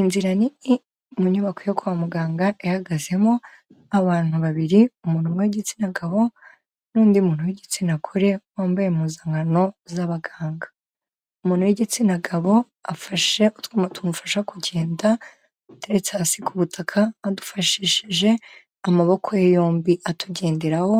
Inzira nini mu nyubako yo kwa muganga, ihagazemo abantu babiri, umuntu w'igitsina gabo n'undi muntu w'igitsina gore wambaye impuzankano z'abaganga. Umuntu w'igitsina gabo, afashe k'utwuma tumufasha kugenda, duteretse hasi ku butaka, adufashishije amaboko ye yombi, atugenderaho,